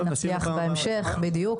נשאיר לפעם הבאה --- בדיוק,